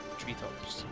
treetops